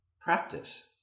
practice